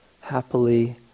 happily